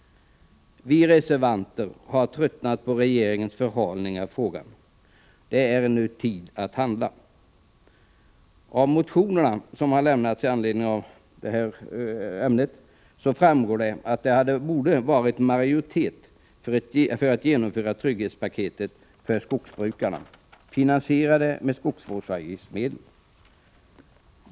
Vi reservanter har tröttnat på regeringens förhalning i denna fråga. Det är nu tid att handla! Av de motioner som lämnats i ärendet framgår att det kunde ha varit en majoritet för att genomföra ett trygghetspaket för skogsbrukare, finansierat med skogsavgiftsmedel.